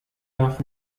darf